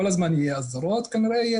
כל הזמן תהיה הסדרה אבל כנראה יהיה